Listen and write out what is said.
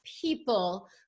people